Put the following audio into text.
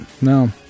No